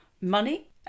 Money